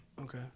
Okay